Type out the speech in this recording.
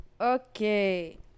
Okay